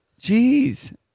Jeez